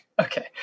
okay